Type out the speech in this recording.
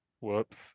Whoops